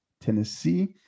Tennessee